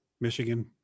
Michigan